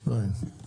זה דבר